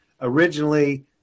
originally